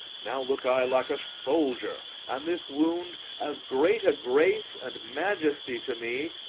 now look i like a soldier, and this wound as great a grace and majesty to me,